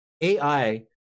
AI